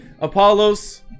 apollos